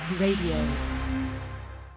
radio